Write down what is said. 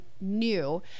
new